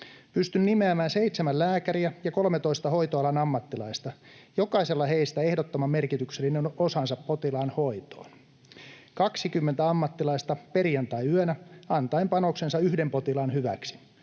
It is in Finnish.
Pystyn nimeämään seitsemän lääkäriä ja 13 hoitoalan ammattilaista; jokaisella heistä ehdottoman merkityksellinen osansa potilaan hoitoon. 20 ammattilaista perjantaiyönä antaen panoksensa yhden potilaan hyväksi